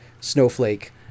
Snowflake